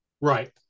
Right